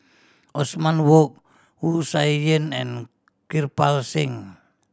Othman Wok Wu Tsai Yen and Kirpal Singh